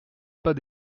pas